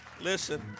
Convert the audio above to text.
Listen